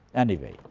anyway,